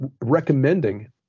recommending